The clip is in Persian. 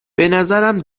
بنظرم